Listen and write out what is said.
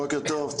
בוקר טוב.